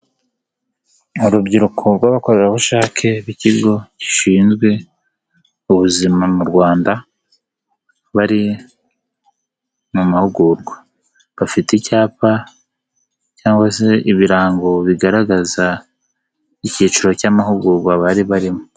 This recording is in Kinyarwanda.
Urubyiruko rw'abakorerabushake b'ikigo gishinzwe ubuzima mu Rwanda, bari mu mahugurwa, bafite icyapa cyangwa se ibirango bigaragaza icyiciro cy'amahugurwa bari barimo.